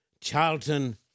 Charlton